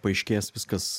paaiškės viskas